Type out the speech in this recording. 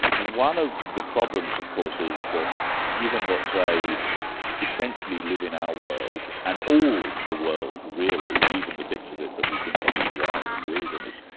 one of the problems of course is that given that they essentially live in our world, and all the world really, even the bits of it that we think of as wild and wilderness,